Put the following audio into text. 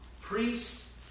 Priests